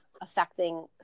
affecting